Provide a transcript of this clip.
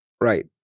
Right